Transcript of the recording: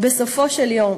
בסופו של יום,